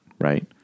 right